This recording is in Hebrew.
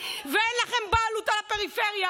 ואין לכם בעלות על הפריפריה.